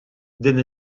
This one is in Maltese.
din